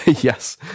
Yes